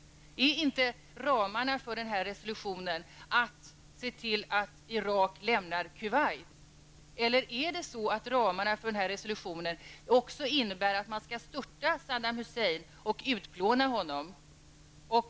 Utgörs inte ramarna för denna resolution av att se till att Irak lämnar Kuwait? Innebär denna resolutions ramar också att man skall störta Saddam Hussein och utplåna honom?